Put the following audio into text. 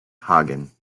hagen